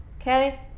okay